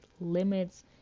limits